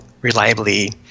reliably